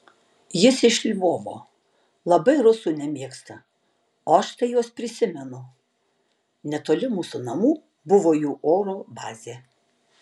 jis iš lvovo labai rusų nemėgsta o aš tai juos prisimenu netoli mūsų namų buvo jų oro bazė